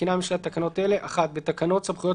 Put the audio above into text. מתקינה הממשלה תקנות אלה: תיקון תקנה 30 בתקנות סמכויות